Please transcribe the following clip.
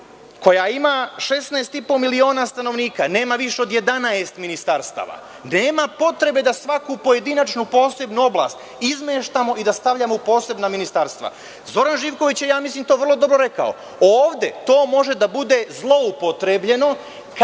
koja ima 16,5 miliona stanovnika, nema više od 11 ministarstava, nema potrebe da svaku pojedinačnu i posebnu oblast izmeštamo i stavljamo u posebna ministarstva. Zoran Živković je, ja mislim, to vrlo dobro rekao. Ovde to može da bude zloupotrebljeno,